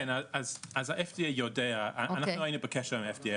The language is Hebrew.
היינו בקשר עם ה-FDA.